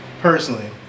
personally